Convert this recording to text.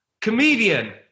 comedian